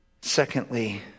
Secondly